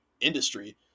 industry